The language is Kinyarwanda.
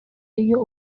iyo